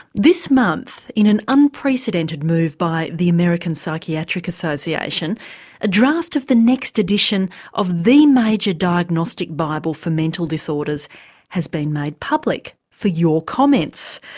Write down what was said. this month in an unprecedented move by the american psychiatric association a draft of the next edition of the major diagnostic bible for mental disorders has been made public for your comments.